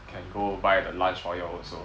can go buy the lunch for y'all also